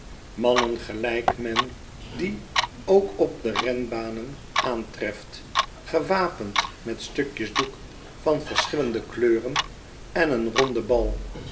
mannen gelijk men die ook op de renbanen aantreft gewapend met stukjes doek van verschillende kleuren en een ronden bal